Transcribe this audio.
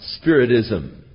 spiritism